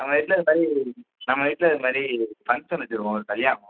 நம்ம வீட்டில் இது மாதிரி நம்ம வீட்டில் இது மாதிரி ஃபங்க்ஷன் வச்சிருக்கோம் ஒரு கல்யாணம்